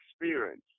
experience